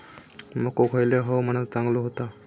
मको खयल्या हवामानात चांगलो होता?